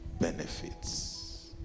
benefits